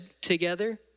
together